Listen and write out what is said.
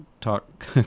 Talk